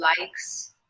likes